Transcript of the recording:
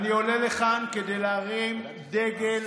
אני עולה לכאן כדי להרים דגל אדום.